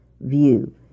view